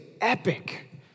epic